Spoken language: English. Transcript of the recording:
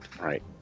Right